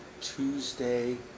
Tuesday